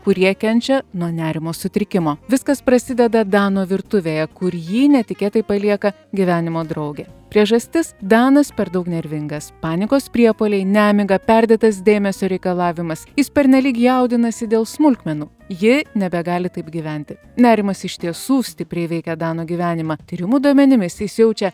kurie kenčia nuo nerimo sutrikimo viskas prasideda dano virtuvėje kur jį netikėtai palieka gyvenimo draugė priežastis danas per daug nervingas panikos priepuoliai nemiga perdėtas dėmesio reikalavimas jis pernelyg jaudinasi dėl smulkmenų ji nebegali taip gyventi nerimas iš tiesų stipriai veikia dano gyvenimą tyrimų duomenimis jis jaučia